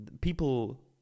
people